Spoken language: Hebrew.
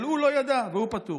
אבל הוא לא ידע והוא פטור.